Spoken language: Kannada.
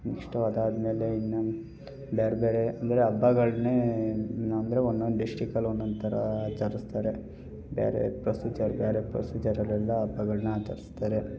ಇಷ್ಟು ಅದಾದ್ಮೇಲೆ ಇನ್ನೂ ಬೇರೆ ಬೇರೆ ಅಂದರೆ ಹಬ್ಬಗಳನ್ನೇ ಅಂದರೆ ಒಂದೊಂದು ಡಿಸ್ಟಿಕಲ್ಲಿ ಒಂದೊಂದು ಥರ ಆಚರಿಸ್ತಾರೆ ಬೇರೆ ಪ್ರೊಸಿಜರ್ ಬೇರೆ ಪ್ರೊಸಿಜರಲೆಲ್ಲ ಹಬ್ಬಗಳನ್ನ ಆಚರಿಸ್ತಾರೆ